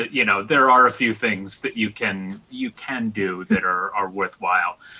you know there are a few things that you can you can do that are are worthwhile,